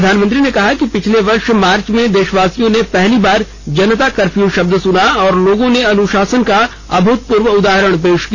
प्रधानमंत्री ने कहा कि पिछले वर्ष मार्च में देशवासियों ने पहली बार जनता कर्फ़यू शब्द सुना और लोगों ने अनुशासन का अभूतपूर्व उदाहरण पेश किया